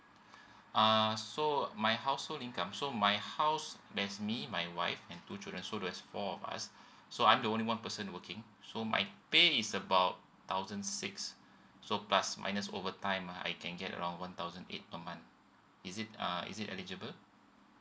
uh so my household income so my house there's me my wife and two children so there's four of us so I'm the only one person working so my pay is about thousand six so plus minus over time ah I can get around one thousand eight per month is it uh is it eligible